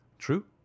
True